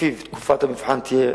ולפיו תקופת המבחן תהיה